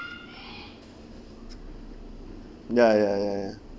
ya ya ya ya